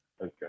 Okay